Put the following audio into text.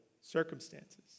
circumstances